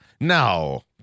No